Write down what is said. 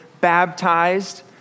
baptized